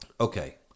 okay